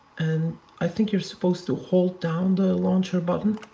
and i think you're supposed to hold down the launcher button.